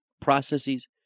processes